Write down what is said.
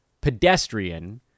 pedestrian